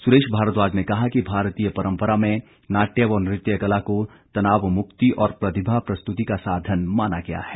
सुरेश भारद्वाज ने कहा कि भारतीय परंपरा में नाट्य व नृत्य कला को तनाव मुक्ति और प्रतिभा प्रस्तुति का साधन माना गया है